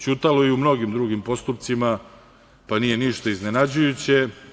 Ćutalo je i u mnogim drugim postupcima, pa nije ništa iznenađujuće.